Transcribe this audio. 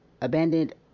abandoned